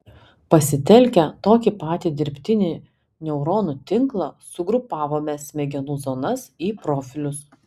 pasitelkę tokį patį dirbtinį neuronų tinklą sugrupavome smegenų zonas į profilius